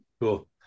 Cool